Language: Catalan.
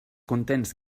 contents